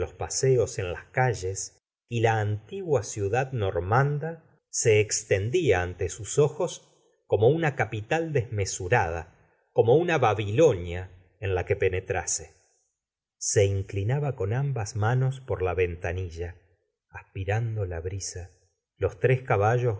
paseos en las calles y la antigua ciudad normanda se extendía ante sus ojos como una capital desmesurada como una babilonia en la que pene trase se inclinaba con ambas manos por la ventanilla aspirando la brisa los tres caballos